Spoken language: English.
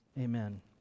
Amen